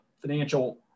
financial